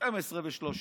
12 ו-13,